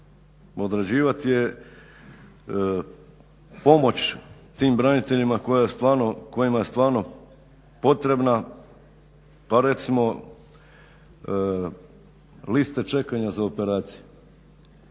određivat je pomoć tim braniteljima kojima je stvarno potrebna, pa recimo liste čekanja za operacije.